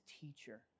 teacher